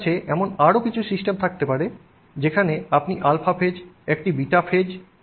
আপনার কাছে এমন আরও কিছু সিস্টেম থাকতে পারে যেখানে আপনি α ফেজ α phase একটি β ফেজ β phase এবং একটি γ γ phase থাকতে পারে